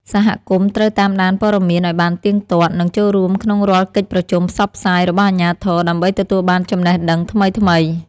សហគមន៍ត្រូវតាមដានព័ត៌មានឱ្យបានទៀងទាត់ និងចូលរួមក្នុងរាល់កិច្ចប្រជុំផ្សព្វផ្សាយរបស់អាជ្ញាធរដើម្បីទទួលបានចំណេះដឹងថ្មីៗ។